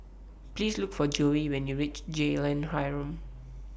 Please Look For Joye when YOU REACH Jalan Harum